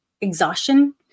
exhaustion